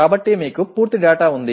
కాబట్టి మీకు పూర్తి డేటా ఉంది